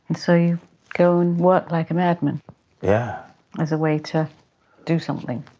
and so you go and work like a madman yeah as a way to do something.